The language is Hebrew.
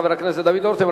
חבר הכנסת דוד רותם.